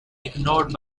ignored